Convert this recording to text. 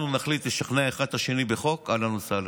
אנחנו נחליט לשכנע אחד את השני בחוק, אהלן וסהלן.